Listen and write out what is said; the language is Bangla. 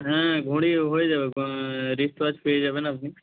হ্যাঁ ঘড়ি হয়ে যাবে রিস্ট ওয়াচ পেয়ে যাবেন আপনি